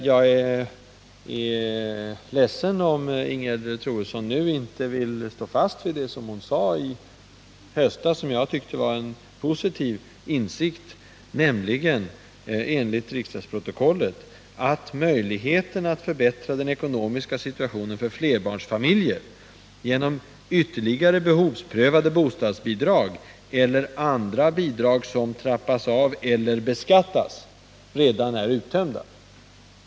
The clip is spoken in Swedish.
Jag är ledsen om Ingegerd Troedsson nu inte vill stå fast vid det hon sade i höstas och som jag tyckte var en positiv insikt, nämligen, enligt riksdagsprotokollet, ”att möjligheten att förbättra den ekonomiska situationen för flerbarnsfamiljer genom ytterligare behovsprövade bostadsbidrag, eller andra bidrag som trappas av eller beskattas, redan är uttömda”.